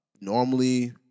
Normally